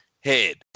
head